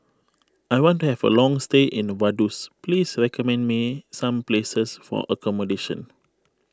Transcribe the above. I want to have a long stay in Vaduz please recommend me some places for accommodation